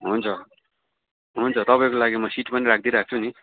हुन्छ हुन्छ तपाईँको लागि म सिट पनि राखिदिई राख्छु नि